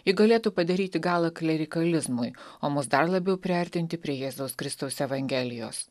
ji galėtų padaryti galą klerikalizmui o mus dar labiau priartinti prie jėzaus kristaus evangelijos